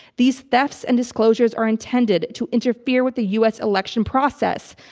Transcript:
these thefts and disclosures are intended to interfere with the u. s. election process.